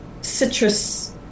citrus